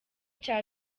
cya